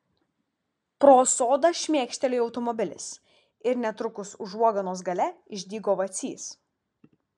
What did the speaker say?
pro sodą šmėkštelėjo automobilis ir netrukus užuoganos gale išdygo vacys